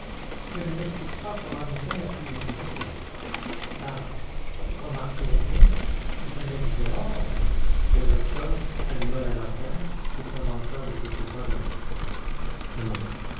je ne m'explique pas comment lupin a pu y pénétrer car remarquez-le bien il venait du dehors lui herlock sholmès alluma la lanterne et s'avança de quelques pas dans le souterrain tenez